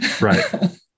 Right